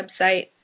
website